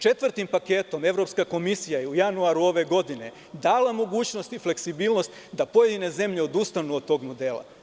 Četvrtim paketom Evropska komisija je u januaru ove godine dala mogućnost i fleksibilnost da pojedine zemlje odustanu od tog modela.